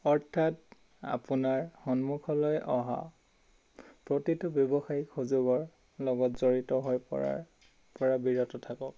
অৰ্থাৎ আপোনাৰ সন্মুখলৈ অহা প্ৰতিটো ব্যৱসায়িক সুযোগৰ লগত জড়িত হৈ পৰাৰ পৰা বিৰত থাকক